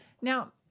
Now